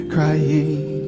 crying